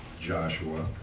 Joshua